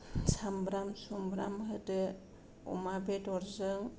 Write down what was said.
सामब्राम सुमब्राम होदो अमा बेदरजों